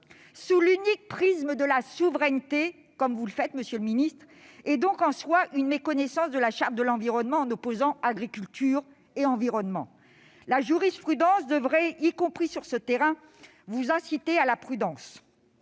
sous l'unique prisme de la souveraineté, comme vous le faites, monsieur le ministre, est donc en soi une méconnaissance de la Charte de l'environnement en opposant agriculture et environnement. La jurisprudence devrait, y compris sur ce terrain, vous inciter à la prudence.